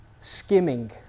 skimming